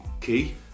Key